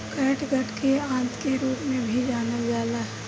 catgut के आंत के रूप में भी जानल जाला